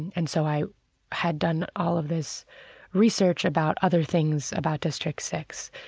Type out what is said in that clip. and so i had done all of this research about other things about district six,